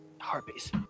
Harpies